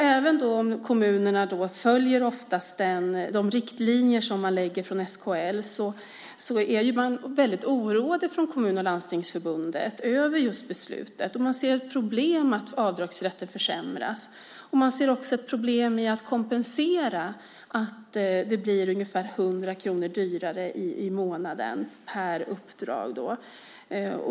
Även om kommunerna oftast följer SKL:s riktlinjer är man oroad från kommun och landstingsförbundet över beslutet. Man ser ett problem med att avdragsrätten försämras. Man ser också ett problem med att kompensera att det blir ungefär 100 kronor dyrare i månaden per uppdrag.